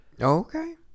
Okay